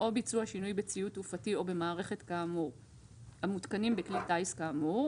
או ביצוע שינוי בציוד תעופתי או במערכת כאמור המותקנים בכלי טיס כאמור,